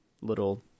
little